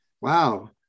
Wow